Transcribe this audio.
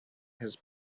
his